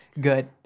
good